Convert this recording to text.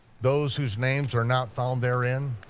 those whose names are not found therein,